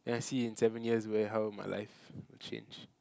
then I see in seven years where how my life change